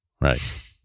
Right